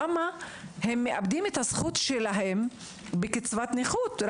למה הילדים האלה מאבדים את הזכות שלהם בקצבת נכות?